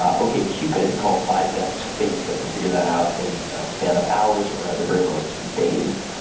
ah okcupid called my best face that can figure that out in a span of hours or, at the very most, days.